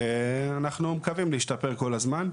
אנחנו מקווים להשתפר כל הזמן.